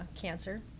cancer